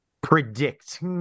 predict